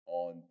on